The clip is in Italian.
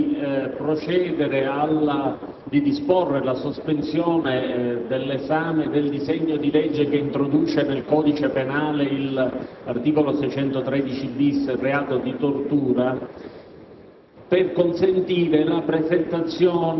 Presidente, vorrei pregarla di disporre la sospensione dell'esame del disegno di legge che introduce nel codice penale l'articolo 613-*bis* e il reato di tortura